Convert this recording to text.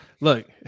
look